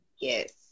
Yes